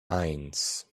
eins